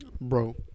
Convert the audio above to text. bro